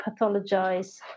pathologise